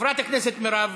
חברת הכנסת מרב מיכאלי,